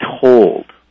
told